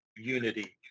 unity